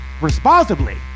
responsibly